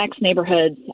neighborhoods